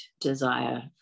desire